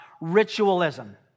ritualism